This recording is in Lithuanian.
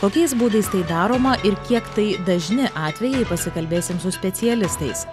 kokiais būdais tai daroma ir kiek tai dažni atvejai pasikalbėsim su specialistais